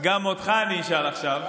גם אותך אני אשאל עכשיו.